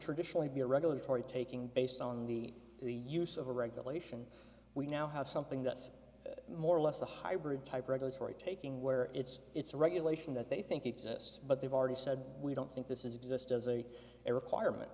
traditionally be a regulatory taking based on the use of a regulation we now have something that's more or less a hybrid type regulatory taking where it's it's a regulation that they think exists but they've already said we don't think this is exist as a requirement